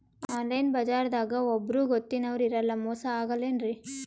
Online ಬಜಾರದಾಗ ಒಬ್ಬರೂ ಗೊತ್ತಿನವ್ರು ಇರಲ್ಲ, ಮೋಸ ಅಗಲ್ಲೆನ್ರಿ?